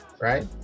right